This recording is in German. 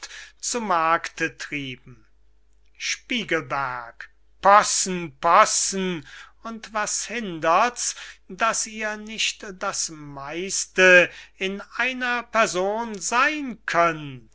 zu markte trieben spiegelberg possen possen und was hinderts daß ihr nicht das meiste in einer person seyn könnt